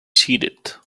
seated